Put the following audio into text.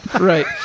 right